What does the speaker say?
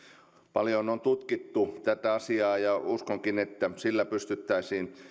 paljon on tutkittu tätä asiaa ja uskonkin että sillä pystyttäisiin